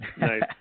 Nice